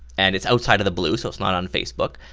and it's outside of the blue so it's not on facebook,